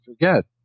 forget